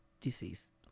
deceased